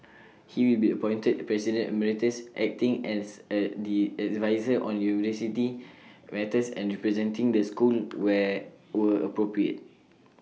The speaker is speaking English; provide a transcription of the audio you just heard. he will be appointed president Emeritus acting as A D adviser on university matters and representing the school where were appropriate